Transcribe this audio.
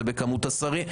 זה בכמות השרים.